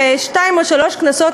ושתיים או שלוש כנסות,